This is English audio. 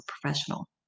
professional